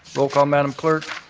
roll call, madam clerk.